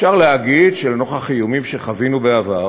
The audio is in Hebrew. אפשר להגיד שלנוכח איומים שחווינו בעבר,